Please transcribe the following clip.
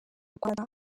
rwanda